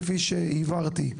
כפי שהבהרתי.